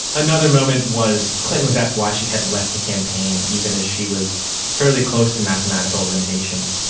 another moment was clinton was asked why she hadn't left the campaign, even as she was fairly close to mathematical elimination,